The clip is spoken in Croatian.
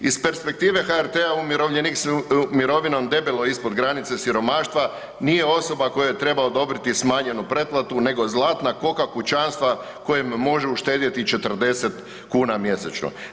Iz perspektive HRT-a umirovljenik s mirovinom debelo ispod granice siromaštva nije osoba kojoj treba odobriti smanjenu pretplatu nego zlatna koka kućanstva kojem može uštedjeti 40 kuna mjesečno.